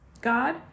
god